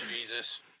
Jesus